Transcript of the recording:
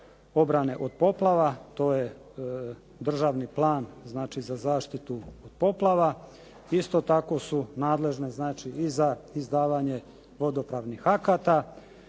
obrane od poplava. To je državni plan za zaštitu poplava. Isto tako su nadležne znači i za izdavanje vodopravnih akata